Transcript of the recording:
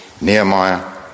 Nehemiah